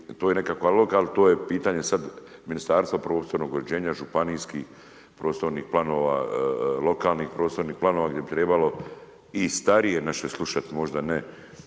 to je nekakav lokal i to je pitanje, sada ministarstva prostornog u ređenja županijskih prostornih planova, lokalnih prostornih planova, gdje bi trebalo i starije naše slušati, možda ne,